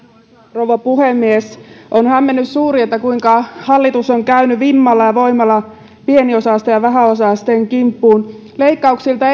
rouva puhemies on hämmennys suuri siitä kuinka hallitus on käynyt vimmalla ja voimalla pieniosaisten ja vähäosaisten kimppuun leikkauksilta